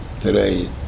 today